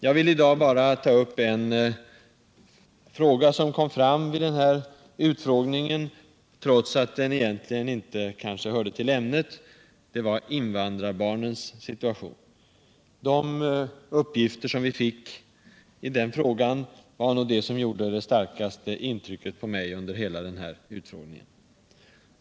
Jag vill i dag bara ta upp en sak som kom fram vid denna utfrågning, trots att den egentligen inte hörde till ämnet — invandrarbarnens situation. De uppgifter som vi fick i den frågan var det som gjorde det starkaste intrycket på mig under hela utfrågningen.